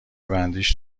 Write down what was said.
بندیش